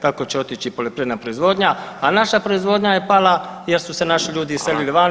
Tako će otići i poljoprivredna proizvodnja, a naša proizvodnja je pala jer su se naši ljudi iselili vani.